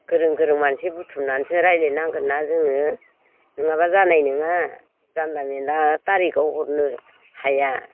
गोरों गोरों मानसि बुथुमनानैसो रायलायनांगोन ना जोङो नङाबा जानाय नङा जानला मानला थारिखाव हरनो हाया